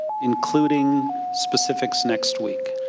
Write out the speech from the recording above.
including specifics next week.